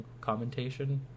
commentation